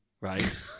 right